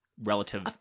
relative